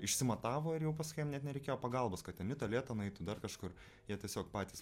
išsimatavo ir jau paskui jiem net nereikėjo pagalbos kad ten į tualetą nueitų dar kažkur jie tiesiog patys